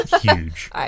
huge